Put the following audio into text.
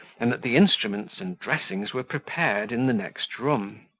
and that the instruments and dressings were prepared in the next room.